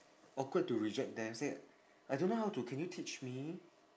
awkward to reject them say I don't know how to can you teach me